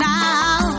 now